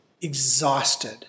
exhausted